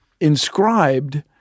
inscribed